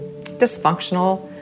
dysfunctional